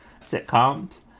sitcoms